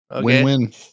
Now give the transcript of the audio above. Win-win